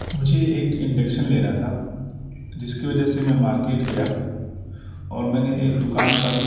مجھے ایک انڈیکشن لینا تھا جس کی وجہ سے میں مارکیٹ گیا اور میں نے ایک دکان پر